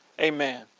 Amen